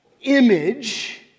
image